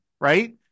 right